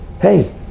Hey